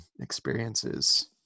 experiences